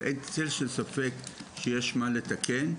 אבל אין צל של ספק שיש מה לתקן.